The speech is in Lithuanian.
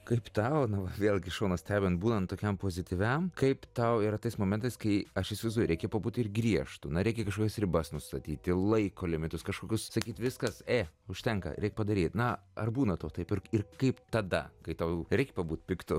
kaip tau na va vėlgi iš šono stebint būnant tokiam pozityviam kaip tau yra tais momentais kai aš įsivaizduoju reikia pabūti ir griežtu na reikia kažkokias ribas nustatyti laiko limitus kažkokius sakyt viskas ė užtenka reik padaryt na ar būna tau taip ir ir kaip tada kai tau reik pabūt piktu